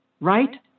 right